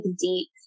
deep